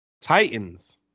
Titans